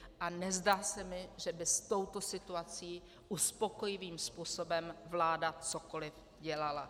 A nezdá se mi, že by s touto situací uspokojivým způsobem vláda cokoliv dělala.